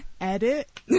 Edit